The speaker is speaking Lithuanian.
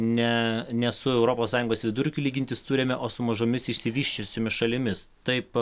ne ne su europos sąjungos vidurkiu lygintis turime o su mažomis išsivysčiusiomis šalimis taip